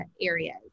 areas